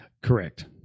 Correct